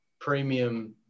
premium